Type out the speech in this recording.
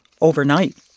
overnight